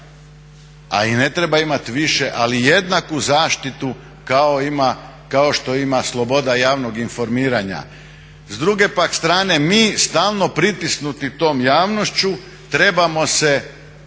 a i ne treba imati više ali jednaku zaštitu kao što ima sloboda javno informiranja. S druge pak strane mi stalno pritisnuti tom javnošću trebamo se